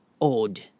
odd